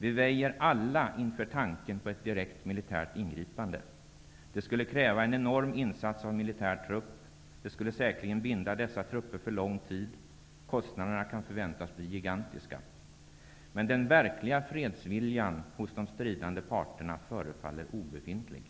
Vi väjer alla inför tanken på ett direkt militärt ingripande. Det skulle kräva en enorm insats av militär trupp. Det skulle säkerligen binda dessa trupper för lång tid. Kostnaderna kan förväntas bli gigantiska. Men den verkliga fredsviljan hos de stridande parterna förefaller obefintlig.